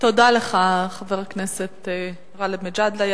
תודה לך, חבר הכנסת גאלב מג'אדלה.